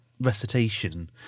recitation